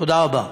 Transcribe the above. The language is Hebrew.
תודה רבה.